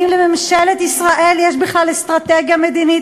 האם לממשלת ישראל יש בכלל אסטרטגיה מדינית?